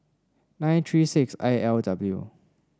nine three six I L W